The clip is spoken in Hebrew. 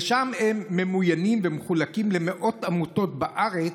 שם הם ממוינים ומחולקים למאות עמותות בארץ,